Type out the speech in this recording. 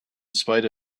spite